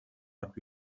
but